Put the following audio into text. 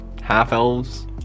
half-elves